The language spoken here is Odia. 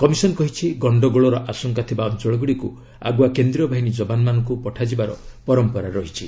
କମିଶନ୍ କହିଛି ଗଣ୍ଡଗୋଳର ଆଶଙ୍କା ଥିବା ଅଞ୍ଚଳଗୁଡ଼ିକୁ ଆଗୁଆ କେନ୍ଦ୍ରୀୟ ବାହିନୀ ଯବାନମାନଙ୍କୁ ପଠାଯିବାର ପରାମ୍ପରା ରହିଛି